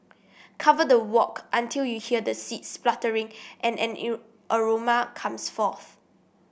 cover the wok until you hear the seeds spluttering and an aroma comes forth